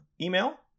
email